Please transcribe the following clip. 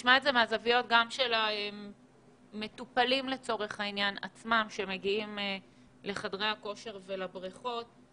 נשמע את זה מהזווית של המטופלים עצמם שמגיעים לחדרי הכושר והבריכות.